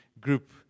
group